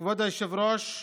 כבוד היושב-ראש,